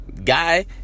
guy